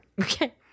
Okay